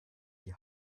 die